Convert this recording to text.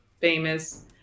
famous